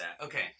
okay